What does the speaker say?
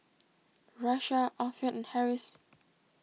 Raisya Alfian and Harris